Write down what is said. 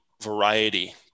variety